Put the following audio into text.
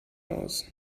aus